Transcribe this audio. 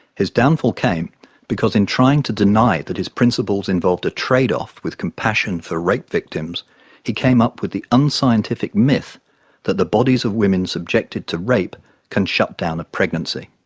his downfall came because in trying to deny that his principles involved a trade-off with compassion for rape victims he came up with the unscientific myth that the bodies of women subjected to rape can shut down a pregnancy.